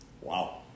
Wow